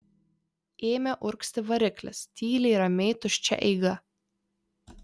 ėmė urgzti variklis tyliai ramiai tuščia eiga